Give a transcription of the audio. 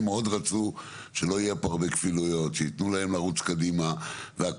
הם מאוד רצו שלא יהיו פה הרבה כפילויות ושיתנו להם לרוץ קדימה והכל.